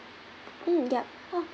mm yup oh